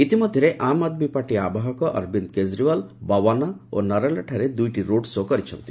ଇତିମଧ୍ୟରେ ଆମ୍ ଆଦମୀ ପାର୍ଟି ଆବାହକ ଅରବିନ୍ଦ କେଜରିୱାଲ ବୱାନା ଓ ନରେଲାଠାରେ ଦୁଇଟି ରୋଡ୍ ଶୋ' କରିଛନ୍ତି